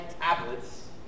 tablets